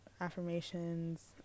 affirmations